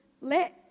let